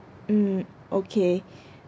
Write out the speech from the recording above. mm okay